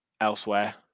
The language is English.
elsewhere